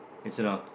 it's in a